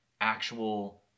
actual